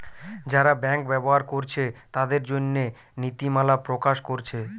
যারা ব্যাংক ব্যবহার কোরছে তাদের জন্যে নীতিমালা প্রকাশ কোরছে